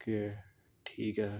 اک ٹھیک ہے